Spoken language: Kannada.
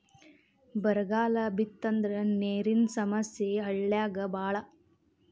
ಬರಗಾಲ ಬಿತ್ತಂದ್ರ ನೇರಿನ ಸಮಸ್ಯೆ ಹಳ್ಳ್ಯಾಗ ಬಾಳ